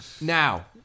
now